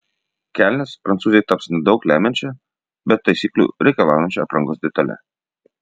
kelnės prancūzei taps nedaug lemiančia bet taisyklių reikalaujančia aprangos detale